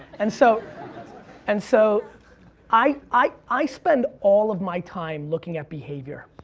and so and so i i spend all of my time looking at behavior.